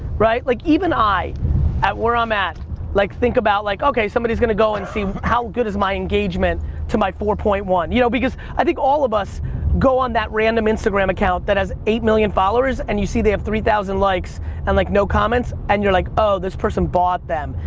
right? like even i where i'm at think about like, okay, somebody's gonna go and see how good is my engagement to my four point one, you know? because i think all of us go on that random instagram account that has eight million followers and you see they have three thousand likes and like no comments, and you're like, oh, this person bought them.